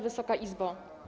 Wysoka Izbo!